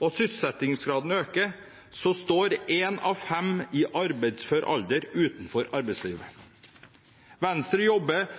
og sysselsettingsgraden øker, står én av fem i arbeidsfør alder utenfor arbeidslivet. Venstre jobber